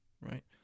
right